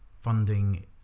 funding